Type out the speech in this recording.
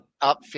up